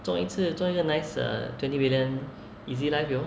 中一次中一个 nice uh twenty million easy life yo